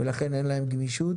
ולכן אין להם גמישות